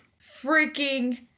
freaking